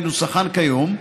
בנוסחן כיום,